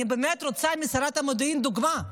אני באמת רוצה משרת המודיעין דוגמה.